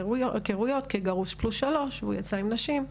הכרויות כגרוש פלוס שלוש והוא יצא עם נשים,